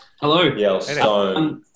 Hello